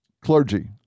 clergy